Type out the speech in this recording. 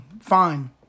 fine